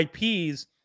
IPs